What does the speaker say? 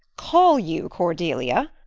call you cordelia?